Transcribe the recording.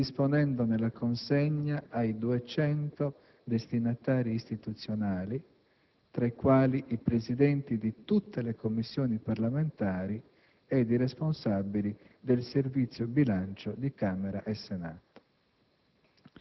predisponendone la consegna ai 200 destinatari istituzionali, tra i quali i Presidenti di tutte le Commissioni parlamentari ed i responsabili del Servizio bilancio di Camera e Senato.